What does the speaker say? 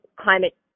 climate